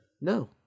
No